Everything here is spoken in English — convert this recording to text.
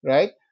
Right